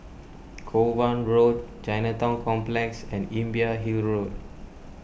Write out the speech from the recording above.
Kovan Road Chinatown Complex and Imbiah Hill Road